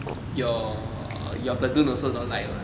your your platoon also don't like mah